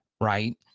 right